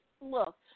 look